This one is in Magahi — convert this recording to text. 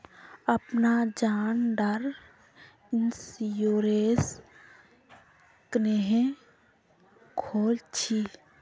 अपना जान डार इंश्योरेंस क्नेहे खोल छी?